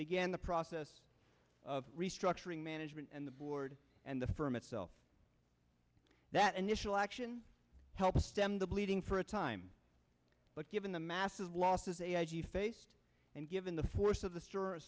began the process of restructuring management and the board and the firm itself that initial action to help stem the bleeding for a time but given the massive losses a i g faced and given the force of the store a